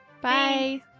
Bye